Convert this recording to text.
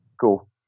Cool